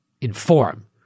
inform